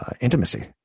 intimacy